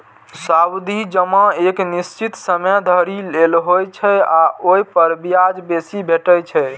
सावधि जमा एक निश्चित समय धरि लेल होइ छै आ ओइ पर ब्याज बेसी भेटै छै